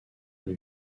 new